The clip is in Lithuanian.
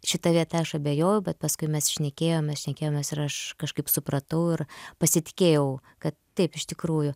šita vieta aš abejojau bet paskui mes šnekėjomės šnekėjomės ir aš kažkaip supratau ir pasitikėjau kad taip iš tikrųjų